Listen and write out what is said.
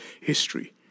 history